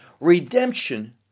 Redemption